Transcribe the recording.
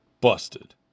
Busted